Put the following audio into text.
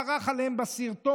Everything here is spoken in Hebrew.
צרח עליהם בסרטון.